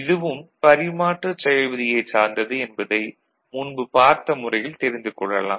இதுவும் பரிமாற்று செயல் விதியைச் சார்ந்தது என்பதை முன்பு பார்த்த முறையில் தெரிந்துக் கொள்ளலாம்